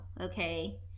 okay